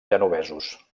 genovesos